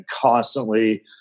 constantly